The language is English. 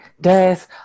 death